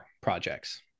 projects